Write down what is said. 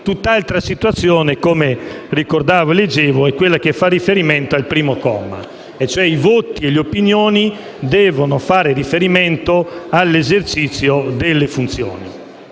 Tutt'altra situazione, come ricordavo e leggevo, è quella che fa riferimento al primo comma, secondo cui i voti e le opinioni devono fare riferimento all'esercizio delle funzioni.